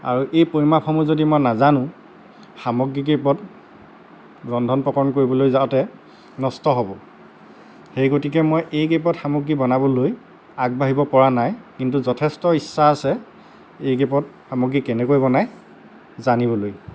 আৰু এই পৰিমাপসমূহ যদি মই নাজানো সামগ্ৰীকেইপদ ৰন্ধন প্ৰকৰণ কৰিবলৈ যাওঁতে নষ্ট হ'ব সেই গতিকে মই এই কেইপদ সামগ্ৰী বনাবলৈ আগবাঢ়িব পৰা নাই কিন্তু যথেষ্ট ইচ্ছা আছে এই কেইপদ সামগ্ৰী কেনেকৈ বনাই জানিবলৈ